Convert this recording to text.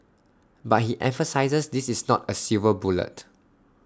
but he emphasises this is not A silver bullet